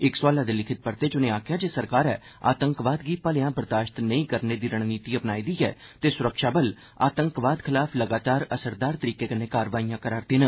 इक सोआलै दे लिखित परते च उनें आखेआ जे सरकारै आतंकवाद गी भलेआं बर्दाश्त नेईं करने दी रणनीति अपना दी ऐ ते सुरक्षाबल आतंकवाद खलाफ लगातार असरदार तरीके कन्नै कार्रवा यां करा'रदे न